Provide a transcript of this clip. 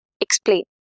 Explain